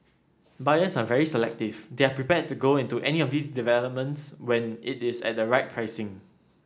buyers are very selective they are prepared to go into any of these developments when it is at the right pricing